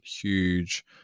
huge